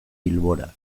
bilbora